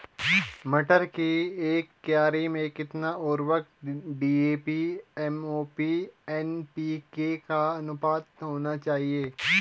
मटर की एक क्यारी में कितना उर्वरक डी.ए.पी एम.ओ.पी एन.पी.के का अनुपात होना चाहिए?